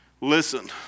Listen